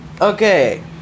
Okay